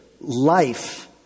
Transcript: life